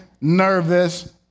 nervous